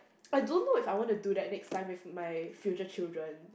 I don't know if I want to do that next time with my future children